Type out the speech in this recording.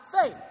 faith